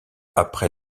après